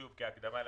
כהקדמה.